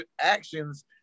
actions